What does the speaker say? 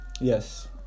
Yes